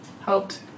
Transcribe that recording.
helped